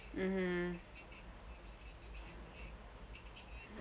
mmhmm